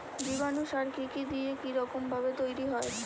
জীবাণু সার কি কি দিয়ে কি রকম ভাবে তৈরি হয়?